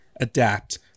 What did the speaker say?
adapt